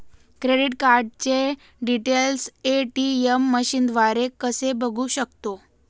Credit कार्डचे details ATM मशीनद्वारे कसे बघू शकतो?